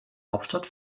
hauptstadt